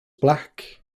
black